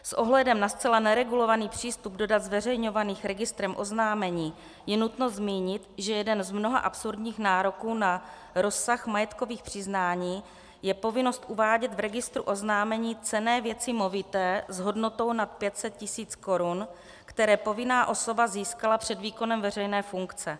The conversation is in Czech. S ohledem na zcela neregulovaný přístup do dat zveřejňovaných registrem oznámení je nutné zmínit, že jeden z mnoha absurdních nároků na rozsah majetkových přiznání je povinnost uvádět v registru oznámení cenné věci movité s hodnotou nad 500 tisíc korun, které povinná osoba získala před výkonem veřejné funkce.